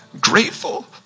grateful